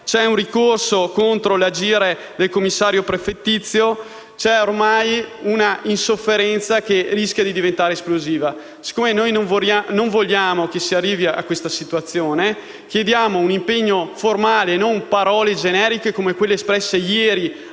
c'è un ricorso contro l'agire del commissario prefettizio. C'è ormai un'insofferenza che rischia ormai di diventare esplosiva. Siccome non vogliamo che si arrivi a questa situazione, chiediamo un impegno formale - e non parole generiche, come quelle espresse ieri